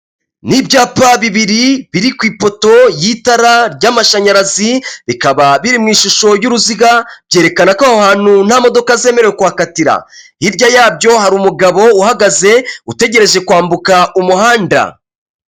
Ni ibyapa bibiri biri ku ipoto y'itara ry'amashanyarazi bikaba biri mu ishusho y'uruziga, byerekana ko aho hantu nta modoka zemerewe kukatira, hirya yabyo hari umugabo uhagaze utegereje kwambuka umuhanda.